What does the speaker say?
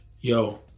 Yo